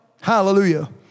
Hallelujah